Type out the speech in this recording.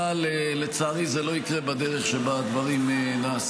אבל לצערי זה לא יקרה בדרך שבה הדברים נעשים.